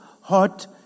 hot